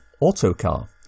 Autocar